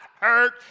hurt